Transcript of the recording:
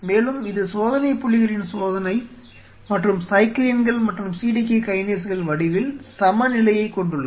மேலும் இது சோதனைப்புள்ளிகளின் சோதனை மற்றும் சைக்ளின்கள் மற்றும் cdk கைனேஸ்கள் வடிவில் சமநிலையைக் கொண்டுள்ளது